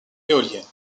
éoliennes